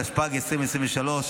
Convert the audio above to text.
התשפ"ג 2023,